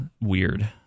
weird